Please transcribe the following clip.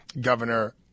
Governor